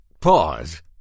pause